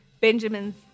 Benjamin's